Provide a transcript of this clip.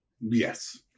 Yes